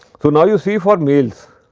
so, now, you see for males,